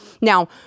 Now